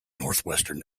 northwestern